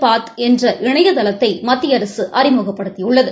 பாத் என்ற இணையதளத்தை மத்திய அரசு அறிமுகப்படுத்தியுள்ளது